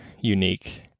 unique